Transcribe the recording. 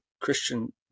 Christian